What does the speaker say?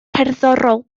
cerddorol